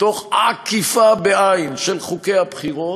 תוך עקיפה של חוקי הבחירות,